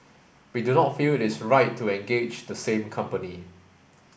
we do not feel it is right to engage the same company